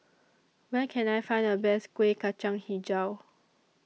Where Can I Find The Best Kueh Kacang Hijau